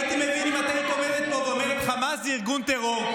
הייתי מבין אם היית עומדת פה ואומרת: חמאס זה ארגון טרור,